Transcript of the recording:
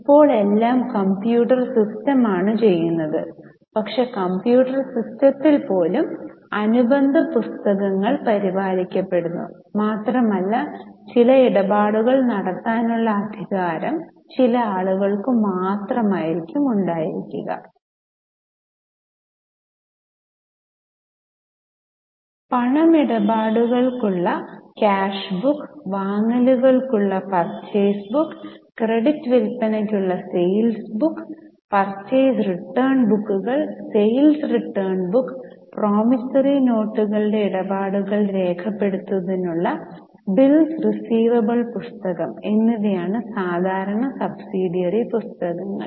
ഇപ്പോൾ എല്ലാം കമ്പ്യൂട്ടർ സിസ്റ്റമാണ് ചെയ്യുന്നത് പക്ഷേ കമ്പ്യൂട്ടർ സിസ്റ്റത്തിൽ പോലും അനുബന്ധ പുസ്തകങ്ങൾ പരിപാലിക്കപ്പെടുന്നു മാത്രമല്ല ചില ഇടപാടുകൾ നടത്താനുള്ള അധികാരം ചില ആളുകൾക്ക് മാത്രം ഉണ്ടാകും പണമിടപാടുകൾക്കുമുള്ള ക്യാഷ് ബുക്ക് വാങ്ങലുകൾക്കുള്ള പർച്ചേസ് ബുക്ക് ക്രെഡിറ്റ് വിൽപ്പനയ്ക്കുള്ള സെയിൽസ് പുസ്തകം പർച്ചേസ് റിട്ടേൺ ബുക്കുകൾ സെയിൽസ് റിട്ടേൺ ബുക്ക് പ്രോമിസറി നോട്ടുകളുടെ ഇടപാടുകൾ രേഖപ്പെടുത്തുന്നതിനുള്ള ബിൽസ് റീസിവബിൾ പുസ്തകം എന്നിവയാണ് സാധാരണ സബ്സിഡിയറി പുസ്തകങ്ങൾ